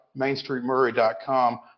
MainStreetMurray.com